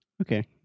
Okay